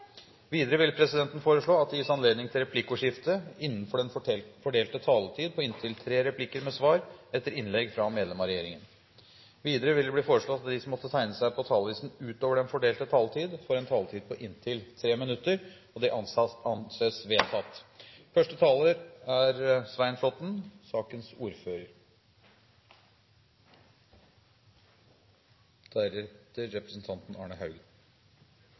Videre vil presidenten foreslå at det gis anledning til replikkordskifte på inntil tre replikker med svar etter innlegg fra medlem av regjeringen innenfor den fordelte taletid. Videre vil det bli foreslått at de som måtte tegne seg på talerlisten utover den fordelte taletid, får en taletid på inntil 3 minutter. – Det anses vedtatt.